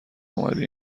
اومدی